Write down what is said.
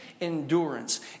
endurance